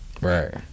Right